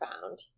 found